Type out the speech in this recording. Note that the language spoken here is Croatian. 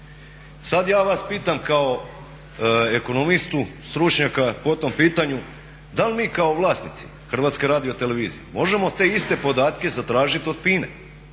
Sad ja vas pitam kao ekonomista, stručnjaka po tom pitanju da li mi kao vlasnici HRT-a možemo te iste podatke zatražiti od